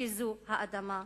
שזו האדמה שלי?